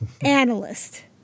analyst